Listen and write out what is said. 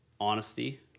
honesty